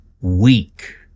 weak